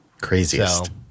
Craziest